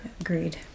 agreed